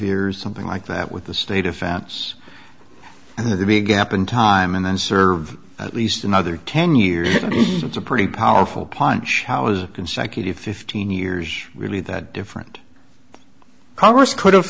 years something like that with the state offense and to be a gap in time and then serve at least another ten years that's a pretty powerful punch consecutive fifteen years really that different congress could have